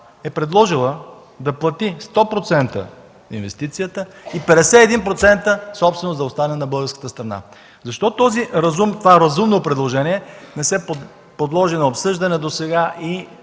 е предложила да плати 100% инвестицията и 51% да останат собственост на българската държава. Защо това разумно предложение не се подложи на обсъждане досега и